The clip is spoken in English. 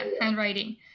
handwriting